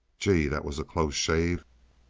gee, that was a close shave!